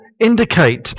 indicate